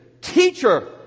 Teacher